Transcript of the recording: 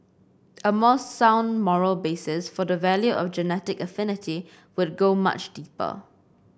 a more sound moral basis for the value of genetic affinity would go much deeper